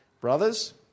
Brothers